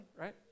right